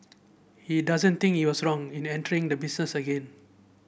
he doesn't think he was wrong in entering the business again